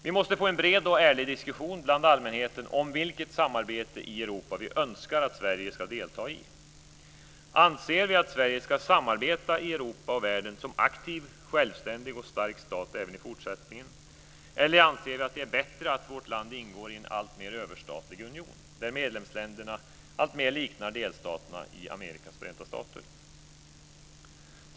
Vi måste få en bred och ärlig diskussion bland allmänheten om vilket samarbete i Europa vi önskar att Sverige ska delta i. Anser vi att Sverige ska samarbeta i Europa och världen som aktiv, självständig och stark stat även i fortsättningen, eller anser vi att det är bättre att vårt land ingår i en alltmer överstatlig union, där medlemsländerna alltmer liknar delstaterna i Amerikas förenta stater?